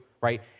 right